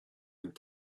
and